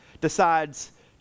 decides